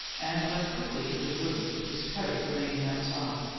and went quickly into the room, miss perry remaining outside.